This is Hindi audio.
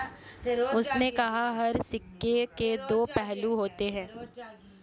उसने कहा हर सिक्के के दो पहलू होते हैं